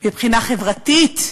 מבחינה חברתית.